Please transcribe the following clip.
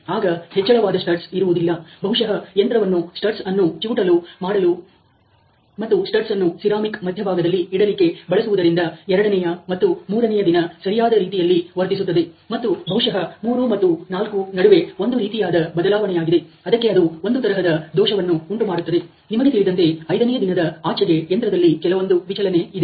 ಆಗ ಹೆಚ್ಚಳವಾದ ಸ್ಟಡ್ಸ್ ಇರುವುದಿಲ್ಲ ಬಹುಶಃ ಯಂತ್ರವನ್ನು ಸ್ಟಡ್ಸ್ ಅನ್ನು ಚಿವುಟಲು ಮಾಡಲು ಮತ್ತು ಸ್ಟಡ್ಸ್ನ್ನು ಸಿರಾಮಿಕ್ ಮಧ್ಯಭಾಗದಲ್ಲಿ ಇಡಲಿಕ್ಕೆ ಬಳಸುವುದರಿಂದ ಎರಡನೆಯ ಮತ್ತು ಮೂರನೆಯ ದಿನ ಸರಿಯಾದ ರೀತಿಯಲ್ಲಿ ವರ್ತಿಸುತ್ತದೆ ಮತ್ತು ಬಹುಶಃ 3 ಮತ್ತು 4 ನಡುವೆ ಒಂದು ರೀತಿಯಾದ ಬದಲಾವಣೆಯಾಗಿದೆ ಅದಕ್ಕೆ ಅದು ಒಂದು ತರಹದ ದೋಷವನ್ನು ಉಂಟುಮಾಡುತ್ತದೆ ನಿಮಗೆ ತಿಳಿದಂತೆ 5ನೇ ದಿನದ ಆಚೆಗೆ ಯಂತ್ರದಲ್ಲಿ ಕೆಲವೊಂದು ವಿಚಲನ ಇದೆ